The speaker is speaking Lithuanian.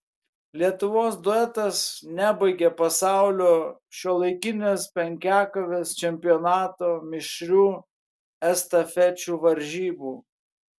lietuvos duetas nebaigė pasaulio šiuolaikinės penkiakovės čempionato mišrių estafečių varžybų